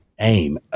aim